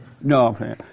No